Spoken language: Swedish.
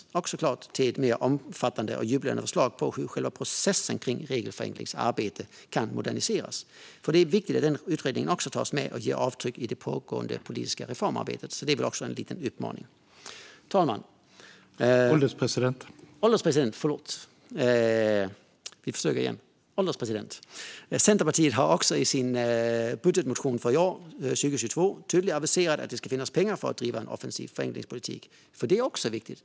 Där finns såklart även omfattande och djuplodande förslag om hur själva processen kring regelförenklingsarbete kan moderniseras. Det är viktigt att den utredningen tas med och ger avtryck i det pågående politiska reformarbetet. Det är också en liten uppmaning. Herr ålderspresident! Centerpartiet har också i sin budgetmotion för 2022 tydligt aviserat att det ska finnas pengar för att driva en offensiv regelförenklingspolitik. Det är viktigt.